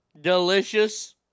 Delicious